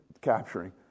capturing